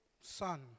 son